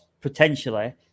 potentially